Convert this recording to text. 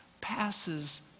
passes